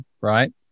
right